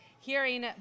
hearing